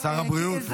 שר הבריאות מקשיב?